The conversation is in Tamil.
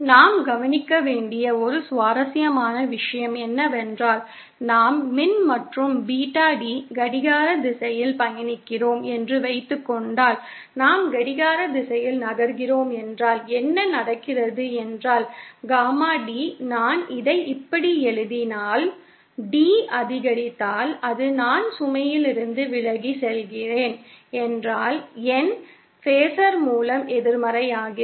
நாம் கவனிக்க வேண்டிய ஒரு சுவாரஸ்யமான விஷயம் என்னவென்றால் நாம் மின் மற்றும் பீட்டா D கடிகார திசையில் பயணிக்கிறோம் என்று வைத்துக்கொண்டால் நாம் கடிகார திசையில் நகர்கிறோம் என்றால் என்ன நடக்கிறது என்றால் காமா D நான் இதை இப்படி எழுதினால் D அதிகரித்தால் அது நான் சுமையிலிருந்து விலகிச் செல்கிறேன் என்றால் என் பேஸர் மேலும் எதிர்மறையாகிறது